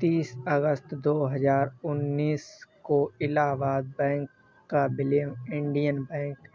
तीस अगस्त दो हजार उन्नीस को इलाहबाद बैंक का विलय इंडियन बैंक